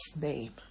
name